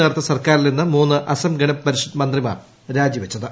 നേതൃത്വ സർക്കാരിൽ നിന്ന് മൂന്ന് അസം ഗണ പരിഷത്ത് മന്ത്രിമാർ രാജിവച്ചത്